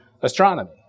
astronomy